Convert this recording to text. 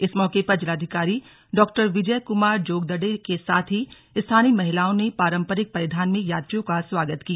इस मौके पर जिलाधिकारी डॉ विजय कुमार जोगदण्डे के साथ ही स्थानीय महिलाओं ने पारंपरिक परिधान में यात्रियों का स्वागत किया